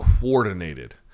coordinated